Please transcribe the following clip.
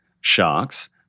sharks